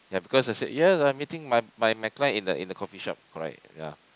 ya because they say yes I'm meeting my my my client in the in the coffee shop correct yeah